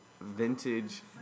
vintage